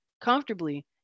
comfortably